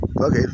okay